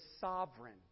sovereign